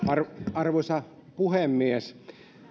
arvoisa puhemies